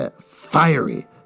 fiery